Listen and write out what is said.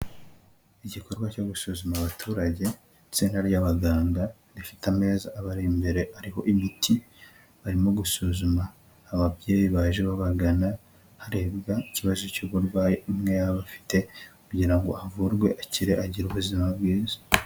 Igikorwa cyo gusuzuma abaturage, itsinda ry'abaganga rifite ameza abari imbere ariho imiti, barimo gusuzuma ababyeyi baje babagana harebwa ikibazo cy'uburwayi umwe yaba afite kugira ngo avurwe akire agire ubuzima bwiza.